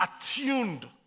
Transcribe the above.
attuned